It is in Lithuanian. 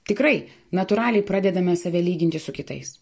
tikrai natūraliai pradedame save lyginti su kitais